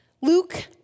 Luke